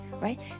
right